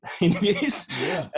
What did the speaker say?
interviews